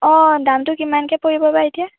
অঁ দামটো কিমানকৈ পৰিব বা এতিয়া